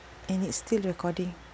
and it's still recording